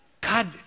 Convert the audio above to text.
God